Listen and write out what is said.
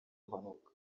impanuka